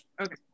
Okay